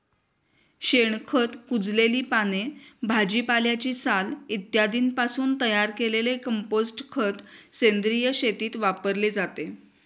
शेणखत, कुजलेली पाने, भाजीपाल्याची साल इत्यादींपासून तयार केलेले कंपोस्ट खत सेंद्रिय शेतीत वापरले जाते